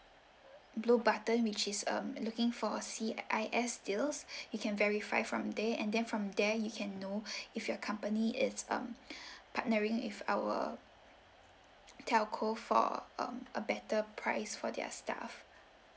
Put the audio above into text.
blue button which is um looking for C_I_S deals you can verify from there and then from there you can know if your company is um partnering with our telco for um a better price for their staff